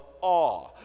awe